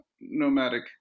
nomadic